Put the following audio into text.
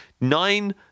nine